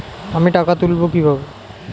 আমি টাকা তুলবো কি ভাবে?